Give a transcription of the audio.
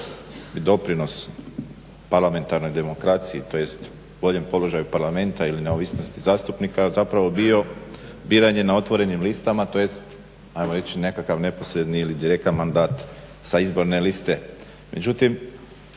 doprinos parlamentarnoj demokraciji tj. boljem položaju Parlamenta ili neovisnosti zastupnika zapravo bi biranje na otvorenim listama tj. ajmo reći nekakav neposredni ili direktan mandat sa izborne liste.